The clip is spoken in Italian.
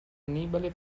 annibale